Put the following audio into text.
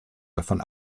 davon